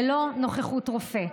ללא נוכחות רופא.